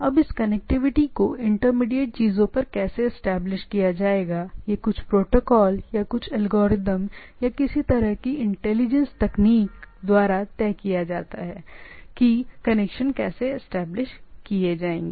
अब इस कनेक्टिविटी को इंटरमीडिएट चीजों पर कैसे एस्टेब्लिश किया जाएगा यह कुछ प्रोटोकॉल या कुछ एल्गोरिदम या किसी तरह की इंटेलिजेंट टेक्निक द्वारा तय किया जाता है कि चीजें कैसे एस्टेब्लिश की जाएंगी